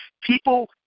people